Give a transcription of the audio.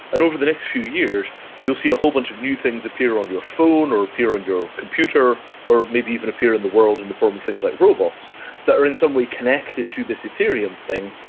and over the next few years you'll see a whole bunch of new things appear on your phone or appear on your computer or maybe even appear in the world in the form of things like robots that are in some way connected to this ethereum thing.